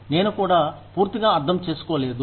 నేను కూడా పూర్తిగా అర్థం చేసుకోలేదు